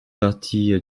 partie